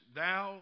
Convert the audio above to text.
thou